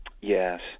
Yes